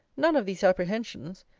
none of these apprehensions.